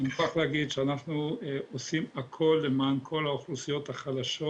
אני מוכרח להגיד שאנחנו עושים הכול למען כל האוכלוסיות החלשות.